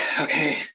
okay